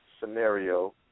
scenario